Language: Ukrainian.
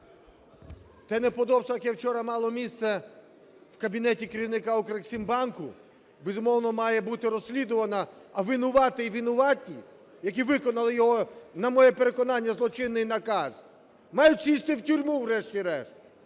Те неподобство, яке вчора мало місце в кабінеті керівника Укрексімбанку, безумовно, має бути розслідувано, а винуватий і винуваті, які виконали його, на моє переконання, злочинний наказ, мають сісти в тюрму врешті-решт